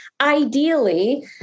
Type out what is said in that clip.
ideally